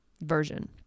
version